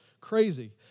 crazy